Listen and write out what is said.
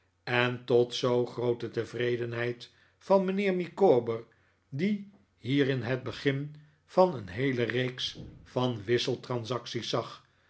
en tot zoo groote tevredenheid van mijnheer micawber die hierin het begin van een heele reeks van wisseltransacties zag